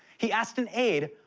he asked an aide,